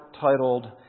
titled